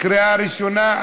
קריאה ראשונה.